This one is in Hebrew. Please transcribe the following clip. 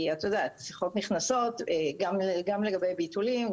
כי שיחות נכנסות גם לגבי ביטולים,